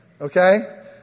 Okay